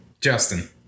Justin